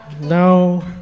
No